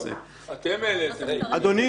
כרגע DNA ו-ט"ע - טביעת אצבע - לרשימה.